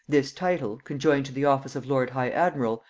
this title, conjoined to the office of lord high admiral,